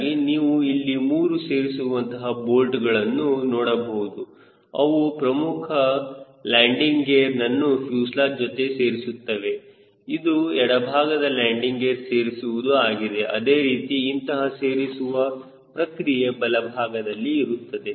ಹೀಗಾಗಿ ನೀವು ಇಲ್ಲಿ ಮೂರು ಸೇರಿಸುವಂತಹ ಬೋಲ್ಟ್ಗಳನ್ನು ನೋಡಬಹುದು ಅವು ಪ್ರಮುಖ ಲ್ಯಾಂಡಿಂಗ್ ಗೇರ್ನನ್ನು ಫ್ಯೂಸೆಲಾಜ್ ಜೊತೆ ಸೇರಿಸುತ್ತವೆ ಇದು ಎಡಭಾಗದ ಲ್ಯಾಂಡಿಂಗ್ ಗೇರ್ ಸೇರಿಸುವುದು ಆಗಿದೆ ಅದೇ ರೀತಿ ಇಂತಹ ಸೇರಿಸುವ ಪ್ರಕ್ರಿಯೆ ಬಲ ಭಾಗದಲ್ಲಿ ಇರುತ್ತದೆ